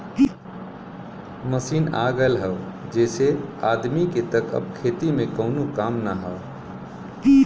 machine आ गयल हौ जेसे आदमी के त अब खेती में कउनो काम ना हौ